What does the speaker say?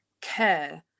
care